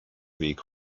weg